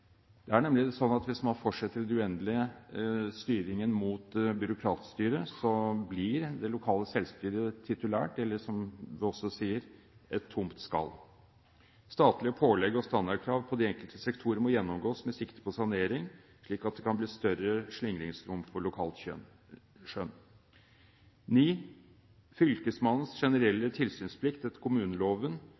Det er nemlig sånn at hvis man fortsetter styringen mot byråkratstyret i det uendelige, blir det lokale selvstyret titulært, eller som det også sies: et tomt skall. Statlige pålegg og standardkrav på de enkelte sektorer må gjennomgås med sikte på sanering, slik at det kan bli større slingringsmonn for lokalt skjønn. Fylkesmannens generelle tilsynsplikt etter kommuneloven